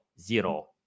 zero